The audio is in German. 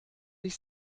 ich